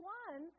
one